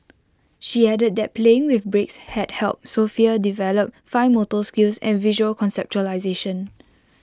she added that playing with bricks had helped Sofia develop fine motor skills and visual conceptualisation